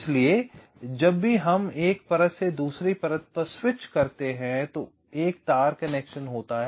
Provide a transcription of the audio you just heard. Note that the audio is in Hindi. इसलिए जब भी हम एक परत से दूसरी परत पर स्विच करते हैं तो एक तार कनेक्शन होता है